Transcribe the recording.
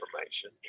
information